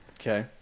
Okay